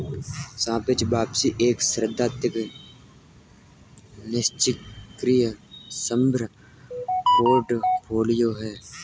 सापेक्ष वापसी एक सैद्धांतिक निष्क्रिय संदर्भ पोर्टफोलियो है